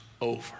over